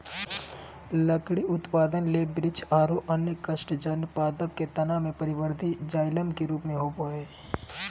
लकड़ी उत्पादन ले वृक्ष आरो अन्य काष्टजन्य पादप के तना मे परवर्धी जायलम के रुप मे होवअ हई